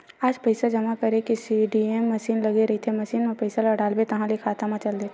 आज पइसा जमा करे के सीडीएम मसीन लगे रहिथे, मसीन म पइसा ल डालबे ताहाँले खाता म चल देथे